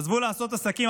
עזבו לעשות עסקים,